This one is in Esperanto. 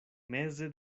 meze